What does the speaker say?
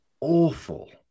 awful